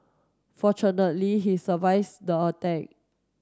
fortunately he survives the attack